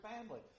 family